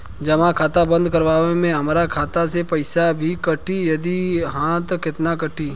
जमा खाता बंद करवावे मे हमरा खाता से पईसा भी कटी यदि हा त केतना कटी?